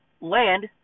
Land